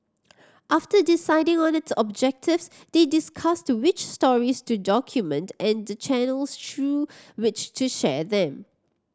after deciding on its objectives they discussed which stories to document and the channels through which to share them